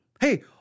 Hey